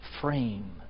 frame